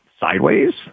sideways